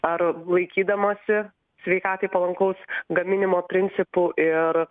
ar laikydamasi sveikatai palankaus gaminimo principų ir